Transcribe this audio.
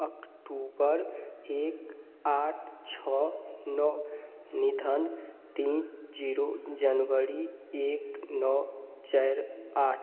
अक्टूबर एक आठ छः नौ निधन तीन ज़ीरो जनवड़ी एक नौ चार आठ